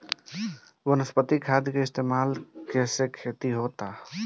वनस्पतिक खाद के इस्तमाल के से खेती होता